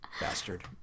Bastard